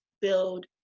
build